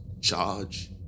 Charge